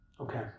Okay